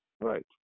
right